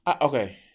Okay